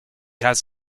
has